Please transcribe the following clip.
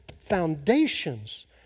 foundations